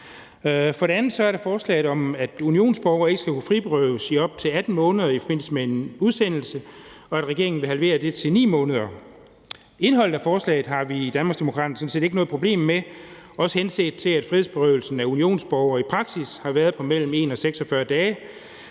dag. Det andet punkt handler om, at unionsborgere ikke skal kunne frihedsberøves i op til 18 måneder i forbindelse med en udsendelse, og at regeringen vil halvere det til 9 måneder. Indholdet af forslaget har vi i Danmarksdemokraterne sådan set ikke noget problem med, også henset til at frihedsberøvelse af unionsborgere i praksis har været på mellem 1 og